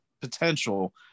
potential